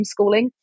homeschooling